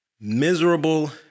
miserable